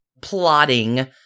plotting